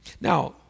Now